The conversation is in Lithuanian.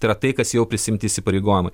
tai yra tai kas jau prisiimti įsipareigojimai